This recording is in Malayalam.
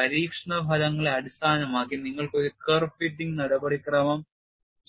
പരീക്ഷണ ഫലങ്ങളെ അടിസ്ഥാനമാക്കി നിങ്ങൾക്ക് ഒരു കർവ് ഫിറ്റിംഗ് നടപടിക്രമം